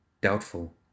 Doubtful